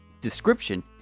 description